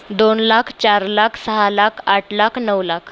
दोन लाख चार लाख सहा लाख आठ लाख नऊ लाख